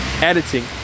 editing